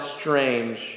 strange